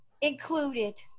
included